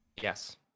Yes